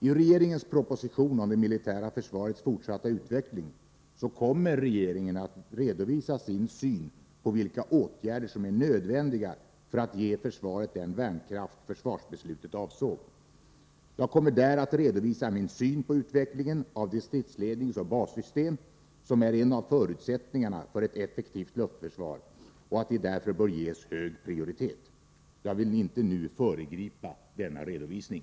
I regeringens proposition om det militära försvarets fortsatta utveckling kommer regeringen att redovisa sin syn på vilka åtgärder som är nödvändiga för att ge försvaret den värnkraft försvarsbeslutet avsåg. Jag kommer där att redovisa min syn på utvecklingen av det stridsledningsoch bassystem som är en av förutsättningarna för ett effektivt luftförsvar och därför bör ges hög prioritet. Jag vill inte nu föregripa denna redovisning.